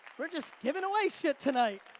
we're just givin' away shit tonight.